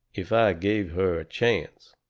if i gave her a chance.